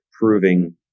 proving